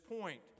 point